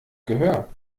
gehör